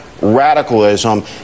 radicalism